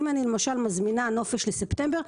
אם אני מזמינה נופש לספטמבר,